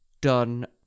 done